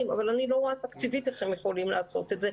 אבל אני לא רואה תקציבית איך הם יכולים לעשות את זה,